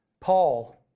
Paul